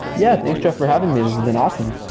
yeah! thanks, jeff, for having me. this has been awesome